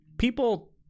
People